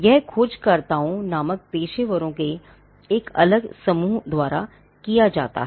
यह खोजकर्ताओं नामक पेशेवरों के एक अलग समूह द्वारा किया जाता है